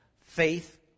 faith